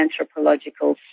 anthropological